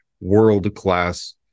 world-class